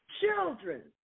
Children